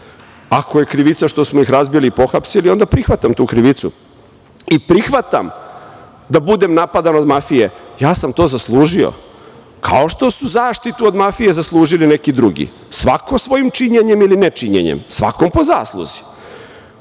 Ako je krivica što smo ih razbili i pohapsili, onda prihvatam tu krivicu. Prihvatam da budem napadan od mafije, ja sam to zaslužio. Kao što su zaštitu od mafije zaslužili neki drugi, svako svojim činjenjem ili nečinjenjem, svakom po zasluzi.U